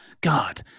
God